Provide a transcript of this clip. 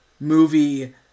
movie